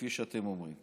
כפי שאתם אומרים,